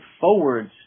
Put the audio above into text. forwards